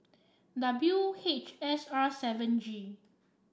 W H S R seven G